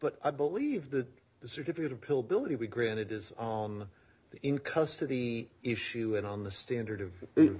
but i believe that the certificate of pill billeted be granted is on the in custody issue and on the standard of if